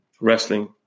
Wrestling